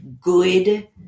good